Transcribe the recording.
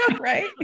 Right